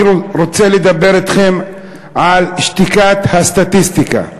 אני רוצה לדבר אתכם על שתיקת הסטטיסטיקה.